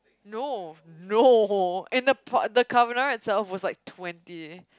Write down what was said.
no no and the pot carbonara itself was like twenty